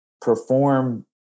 perform